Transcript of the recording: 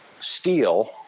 steel